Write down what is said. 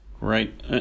Right